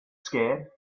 scared